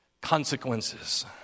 consequences